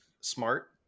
smart